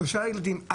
שלושה ילדים,